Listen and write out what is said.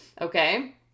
okay